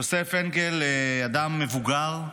יוסף אנגל, אדם מבוגר,